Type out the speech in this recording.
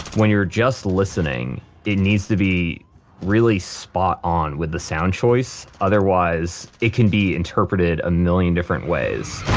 when you're just listening it needs to be really spot on with the sound choice, otherwise it can be interpreted a million different ways.